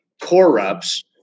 corrupts